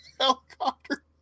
helicopter